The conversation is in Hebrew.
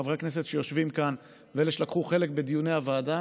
חברי הכנסת שיושבים כאן ואלה שלקחו חלק בדיוני הוועדה